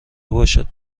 باشد